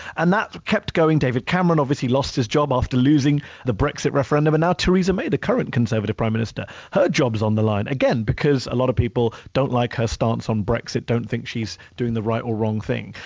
and that kept going. david cameron, obviously he lost his job after losing the brexit referendum. now theresa may, the current conservative prime minister, her job is on the line, again, because a lot of people don't like her stance on brexit, don't think she's doing the right or wrong thing.